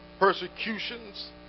Persecutions